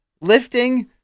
lifting